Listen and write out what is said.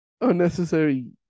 Unnecessary